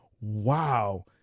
wow